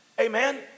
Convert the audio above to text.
Amen